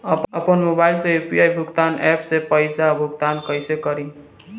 आपन मोबाइल से यू.पी.आई भुगतान ऐपसे पईसा भुगतान कइसे करि?